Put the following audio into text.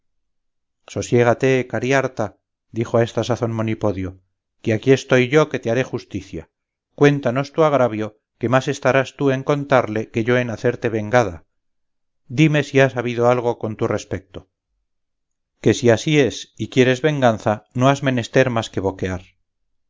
sosiégate cariharta dijo a esta sazón monipodio que aquí estoy yo que te haré justicia cuéntanos tu agravio que más estarás tú en contarle que yo en hacerte vengada dime si has habido algo con tu respecto que si así es y quieres venganza no has menester más que boquear